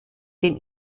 den